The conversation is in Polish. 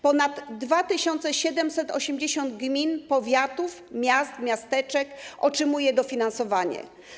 Ponad 2780 gmin, powiatów, miast, miasteczek otrzymuje dofinansowanie.